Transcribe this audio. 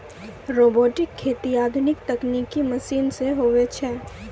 robotic खेती आधुनिक तकनिकी मशीन से हुवै छै